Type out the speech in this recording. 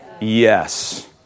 Yes